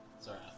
Sorry